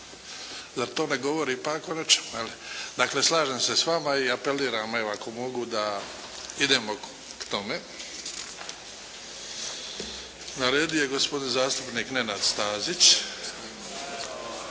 zar to ne govori … /Ne razumije se./ … Dakle slažem se s vama i apeliram evo ako mogu da idemo k tome. Na redu je gospodin zastupnik Nenad Stazić.